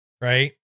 right